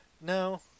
No